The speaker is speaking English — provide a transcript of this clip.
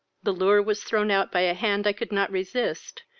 the lure was thrown out by a hand i could not resist,